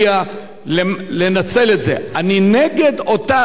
אני נגד אותה תופעה שאתה ציינת, חבר הכנסת